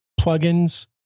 plugins